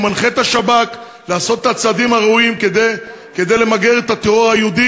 הוא מנחה את השב"כ לעשות את הצעדים הראויים כדי למגר את הטרור היהודי,